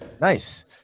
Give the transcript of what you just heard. Nice